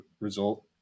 result